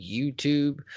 YouTube